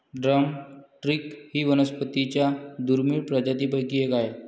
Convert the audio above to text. drum stick ही वनस्पतीं च्या दुर्मिळ प्रजातींपैकी एक आहे